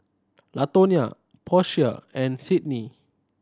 Latonia Portia and Sydney